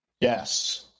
Yes